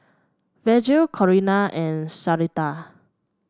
Virgil Corina and Sharita